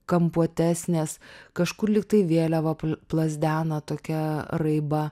kampuotesnės kažkur lyg tai vėliava plazdena tokia raiba